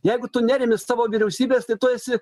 jeigu tu neremi savo vyriausybės tai tu esi